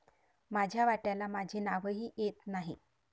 माझ्या वाट्याला माझे नावही येत नाही